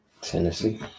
tennessee